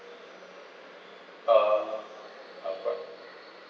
uh iPhone